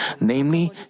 namely